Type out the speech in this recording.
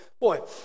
Boy